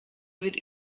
wird